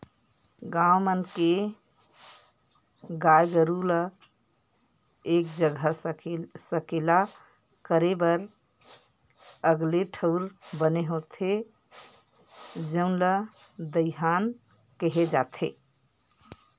गाँव मन के गाय गरू ल एक जघा सकेला करे बर अलगे ठउर बने होथे जउन ल दईहान केहे जाथे